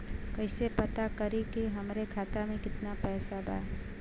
कइसे पता करि कि हमरे खाता मे कितना पैसा बा?